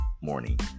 morning